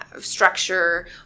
structure